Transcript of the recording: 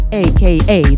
aka